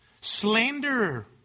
Slanderer